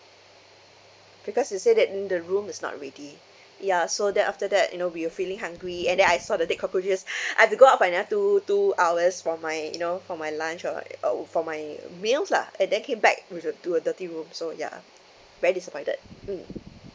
because they said that in the room it's not ready ya so that after that you know we were feeling hungry and then I saw the dead cockroaches I've to go out for another two two hours for my you know for my lunch or like oh for my meals lah and then came back to the to a dirty room so ya very disappointed mm